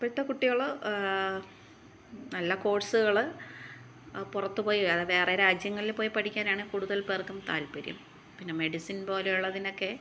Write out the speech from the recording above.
ഇപ്പോഴത്തെ കുട്ടികൾ നല്ല കോഴ്സുകൾ പുറത്തു പോയി അത് വേറെ രാജ്യങ്ങളിൽ പോയി പഠിക്കാനാണ് കൂടുതൽ പേർക്കും താത്പര്യം പിന്നെ മെഡിസിൻ പോലെയുള്ളതിനൊക്കെ